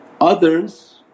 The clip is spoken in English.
Others